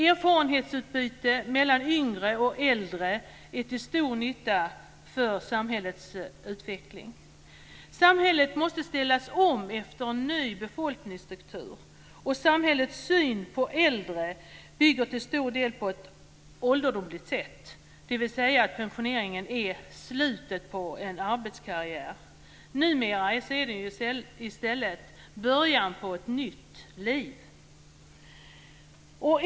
Erfarenhetsutbyte mellan yngre och äldre är till stor nytta för samhällets utveckling. Samhället måste ställas om efter en ny befolkningsstruktur. Samhällets syn på äldre bygger till stor del på ett ålderdomligt synsätt, nämligen att pensioneringen är slutet på en arbetskarriär. Numera är det i stället början på ett nytt liv.